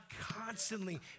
constantly